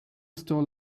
stole